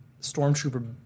stormtrooper